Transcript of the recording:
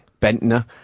Bentner